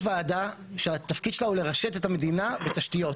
יש ועדה שהתפקיד שלה הוא לרשת את המדינה בתשתיות,